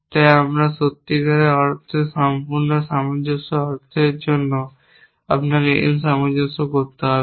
তাই আমরা সত্যিকার অর্থে সম্পূর্ণ সামঞ্জস্য অর্জনের জন্য আপনাকে N সামঞ্জস্য অর্জন করতে হবে